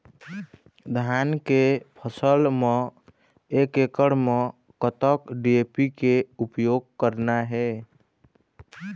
धान के फसल म एक एकड़ म कतक डी.ए.पी के उपयोग करना हे?